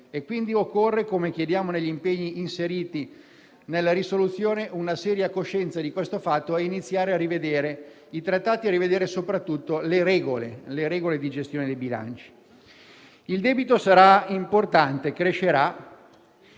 quindi, come chiediamo negli impegni inseriti nella risoluzione, una seria coscienza di questo fatto e iniziare a rivedere i trattati e soprattutto le regole di gestione dei bilanci. Il debito sarà importante, crescerà,